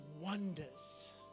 wonders